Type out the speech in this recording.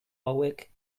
hauek